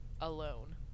Alone